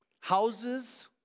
houses